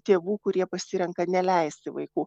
tėvų kurie pasirenka neleisti vaikų